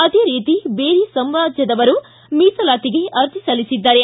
ಅದೇ ರೀತಿ ಬೇರಿ ಸಮಾಜದವರು ಮೀಸಲಾತಿಗೆ ಅರ್ಜಿ ಸಲ್ಲಿಸಿದ್ದಾರೆ